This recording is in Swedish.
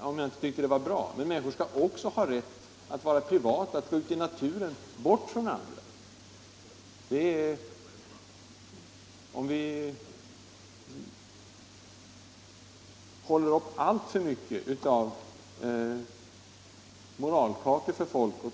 om jag inte tyckte att det var bra. Men människor skall också ha rätt att vara privata, att t.ex. gå ut i naturen — bort från andra. Ni ger folk alltför många moralkakor.